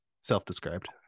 self-described